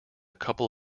couple